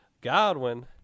godwin